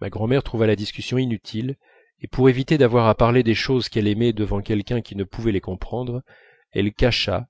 ma grand'mère trouva la discussion inutile et pour éviter d'avoir à parler des choses qu'elle aimait devant quelqu'un qui ne pouvait les comprendre elle cacha